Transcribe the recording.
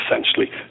essentially